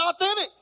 authentic